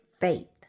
faith